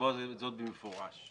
לקבוע זאת במפורש.